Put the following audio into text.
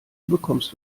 bekommst